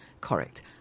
Correct